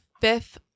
fifth